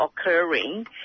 Occurring